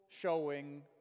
showing